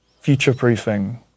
future-proofing